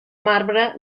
marbre